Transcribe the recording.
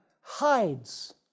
hides